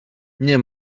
nie